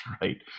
right